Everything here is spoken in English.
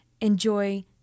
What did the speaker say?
enjoy